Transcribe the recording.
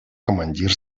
командир